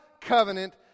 covenant